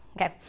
okay